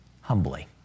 humbly